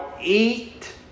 eat